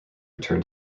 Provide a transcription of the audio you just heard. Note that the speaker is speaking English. return